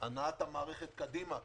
הנעת המערכת קדימה,